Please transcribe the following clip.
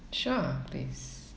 sure please